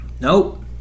Nope